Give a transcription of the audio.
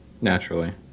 Naturally